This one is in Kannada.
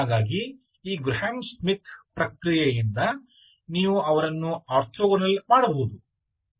ಹಾಗಾಗಿ ಈ ಗ್ರಹಾಂ ಸ್ಮಿತ್ ಪ್ರಕ್ರಿಯೆಯಿಂದ ನೀವು ಅವರನ್ನು ಆರ್ಥೋಗೋನಲ್ ಮಾಡಬಹುದು